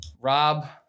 Rob